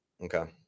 Okay